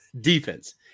defense